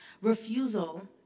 Refusal